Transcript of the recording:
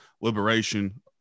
liberation